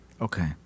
Okay